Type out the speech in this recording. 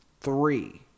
three